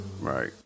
Right